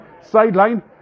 sideline